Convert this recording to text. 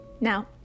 Now